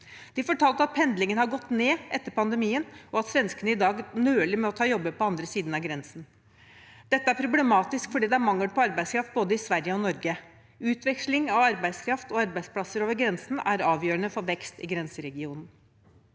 De fortalte at pendlingen har gått ned etter pandemien, og at svenskene i dag nøler med å ta jobb på den andre siden av grensen. Dette er problematisk, for det er mangel på arbeidskraft i både Sverige og Norge. Utveksling av arbeidskraft og arbeidsplasser over grensen er avgjørende for vekst i grenseregionen.